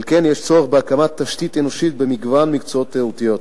על כן יש צורך בהקמת תשתית אנושית במגוון מקצועות תיירותיים.